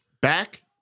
back